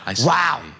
Wow